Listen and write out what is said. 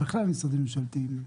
בכלל למשרדים ממשלתיים,